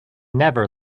never